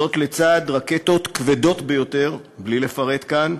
זאת לצד רקטות כבדות ביותר, בלי לפרט כאן,